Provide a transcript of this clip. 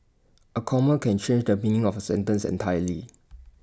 A comma can change the meaning of A sentence entirely